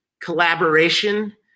collaboration